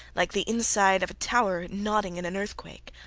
like the inside of a tower nodding in an earthquake.